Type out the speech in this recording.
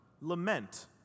Lament